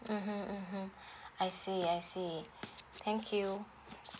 mmhmm mmhmm I see I see thank you